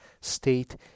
state